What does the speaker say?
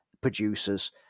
producers